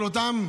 של אותם